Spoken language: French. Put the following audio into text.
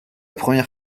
première